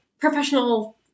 professional